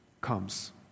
comes